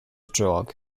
drug